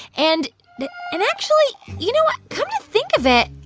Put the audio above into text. and and actually, you know what? come to think of it,